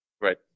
Right